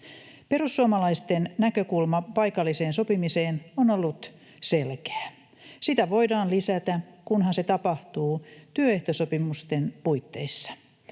Perussuomalaisten näkökulma paikalliseen sopimiseen on ollut selkeä: sitä voidaan lisätä, kunhan se tapahtuu työehtosopimusten puitteissa.